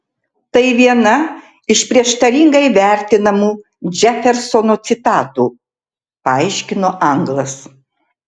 tai viena iš prieštaringai vertinamų džefersono citatų paaiškino anglas